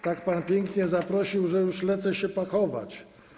Tak pan pięknie zaprosił, że już lecę się pakować.